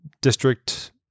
district